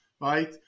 right